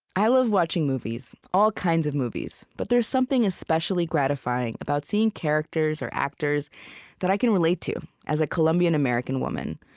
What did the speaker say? i love watching movies, all kinds of movies, but there's something especially gratifying about seeing characters or actors that i can relate to as a colombian-american woman.